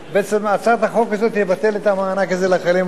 הצעת החוק תבטל את המענק הזה לחיילים המשוחררים.